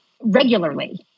regularly